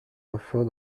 enfant